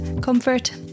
comfort